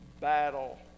battle